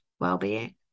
well-being